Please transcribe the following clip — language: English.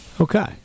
Okay